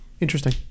interesting